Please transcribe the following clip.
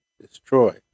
destroy